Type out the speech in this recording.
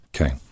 Okay